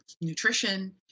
nutrition